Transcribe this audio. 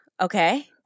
okay